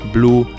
Blue